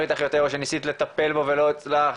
איתך יותר או שניסית לטפל בן ולא הצלחת?